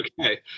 okay